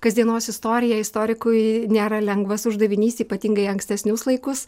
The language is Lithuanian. kasdienos istoriją istorikui nėra lengvas uždavinys ypatingai ankstesnius laikus